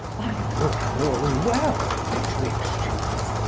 i would have all well betwixt you.